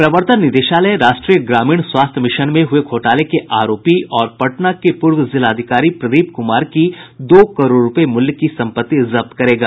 प्रवर्तन निदेशालय राष्ट्रीय ग्रामीण स्वास्थ्य मिशन में हुए घोटाले के आरोपी और पटना के पूर्व जिलाधिकारी प्रदीप कुमार की दो करोड़ रूपये मूल्य की संपत्ति जब्त करेगा